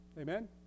Amen